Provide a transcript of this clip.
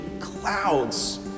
clouds